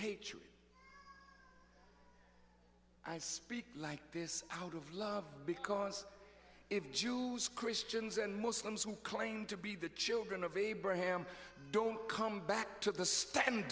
hatred i speak like this out of love because if jews christians and muslims who claim to be the children of abraham don't come back to the sta